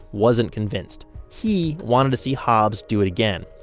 wasn't convinced. he wanted to see hobbs do it again,